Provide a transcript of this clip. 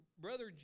Brother